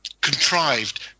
contrived